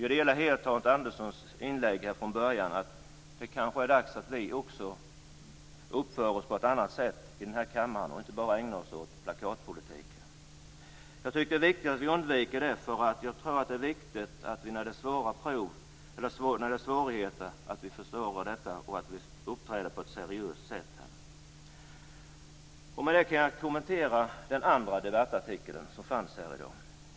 Jag delar uppfattningen i Anderssons inlägg: Det är kanske dags att vi också uppför oss på ett annat sätt i den här kammaren och inte bara ägnar oss åt plakatpolitiken. Det är viktigt att vi undviker det, för jag tror att det är viktigt att vi när det blir svårigheter förstår detta och att vi uppträder på ett seriöst sätt. Med det kan jag kommentera den andra debattartikeln som fanns i dag.